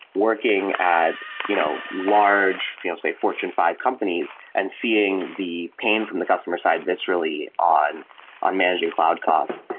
working at you know large, you know say, fortune five companies and seeing the pain from the customer side that's really on on managing cloud cost.